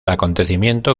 acontecimiento